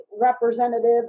representative